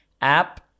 app